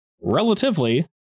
relatively